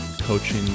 coaching